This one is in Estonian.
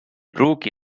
pruugi